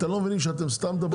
אתם לא מבינים שאתם סתם מדברים?